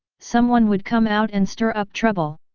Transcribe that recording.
someone would come out and stir up trouble?